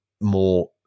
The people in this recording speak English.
more